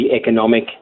economic